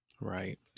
Right